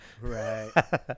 Right